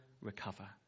recover